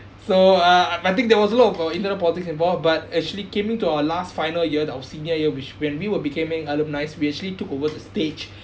so uh I think there was a lot of uh internal politics involved but actually came into our last final year our senior year which when we were becoming alumni we actually took over to stage